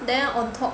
then on top